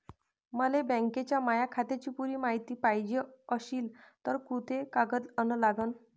मले बँकेच्या माया खात्याची पुरी मायती पायजे अशील तर कुंते कागद अन लागन?